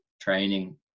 training